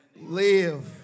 live